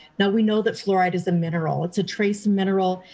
now, we know that fluoride is a mineral. it's a trace mineral.